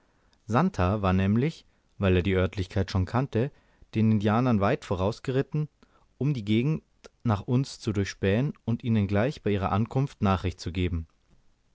santer war nämlich weil er die oertlichkeit schon kannte den indianern weit vorausgeritten um die gegend nach uns zu durchspähen und ihnen gleich bei ihrer ankunft nachricht zu geben